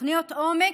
תוכניות עומק,